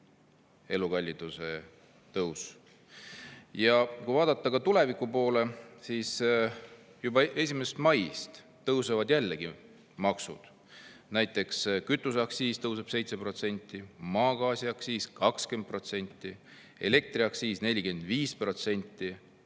elukalliduse tõus. Ja kui vaadata tuleviku poole, siis juba 1. maist tõusevad jällegi maksud. Näiteks kütuseaktsiis tõuseb 7%, maagaasiaktsiis 20% ja elektriaktsiis 45%.